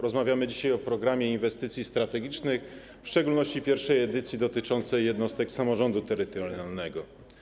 Rozmawiamy dzisiaj o Programie Inwestycji Strategicznych, w szczególności o pierwszej edycji dotyczącej jednostek samorządu terytorialnego.